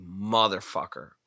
motherfucker